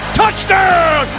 touchdown